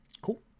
Cool